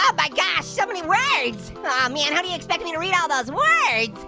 ah my gosh, so many words! ah man, how do you expect me to read all those words.